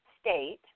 state